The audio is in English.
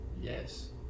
Yes